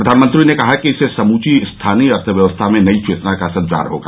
प्रधानमंत्री ने कहा कि इससे समूची स्थानीय अर्थव्यवस्था में नई चेतना का संचार होगा